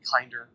kinder